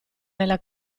nella